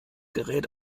gerät